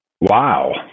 Wow